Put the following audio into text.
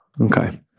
Okay